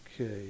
Okay